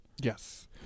Yes